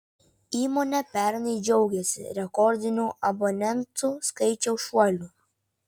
įmonė pernai džiaugėsi rekordiniu abonentų skaičiaus šuoliu